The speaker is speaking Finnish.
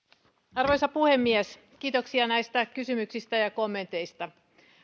arvoisa puhemies kiitoksia näistä kysymyksistä ja kommenteista